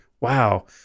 wow